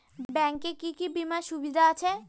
Bank এ কি কী বীমার সুবিধা আছে?